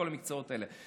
כל המקצועות האלה.